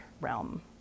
realm